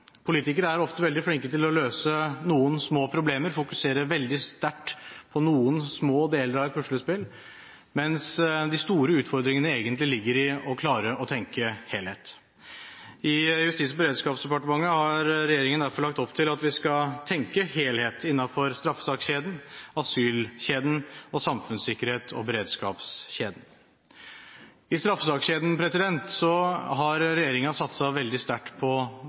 Politikere er ofte veldig flinke til å løse noen små problemer, fokusere veldig sterkt på noen små deler av et puslespill, mens de store utfordringene egentlig ligger i å klare å tenke helhet. Når det gjelder Justis- og beredskapsdepartementet, har regjeringen derfor lagt opp til at vi skal tenke helhet innenfor straffesakskjeden, asylkjeden og samfunnssikkerhets- og beredskapskjeden. I straffesakskjeden har regjeringen satset veldig sterkt på